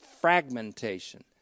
fragmentation